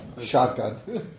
shotgun